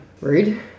Rude